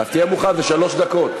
אז תהיה מוכן, זה שלוש דקות.